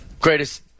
Greatest